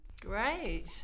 Great